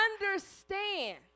understand